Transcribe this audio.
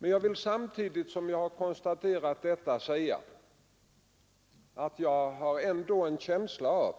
Men samtidigt som jag konstaterar detta vill jag säga att jag ändå har en känsla av